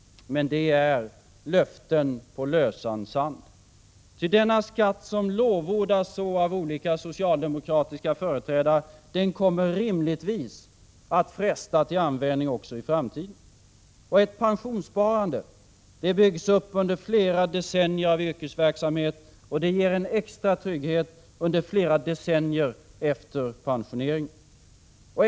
Men detta är löften på lösan sand. Ty denna skatt, som lovordats så av olika socialdemokratiska företrädare, kommer rimligtvis att fresta till användning också i framtiden. Ett pensionssparande byggs upp under flera decennier av yrkesverksamhet, och det ger en extra trygghet under flera decennier efter pensioneringen.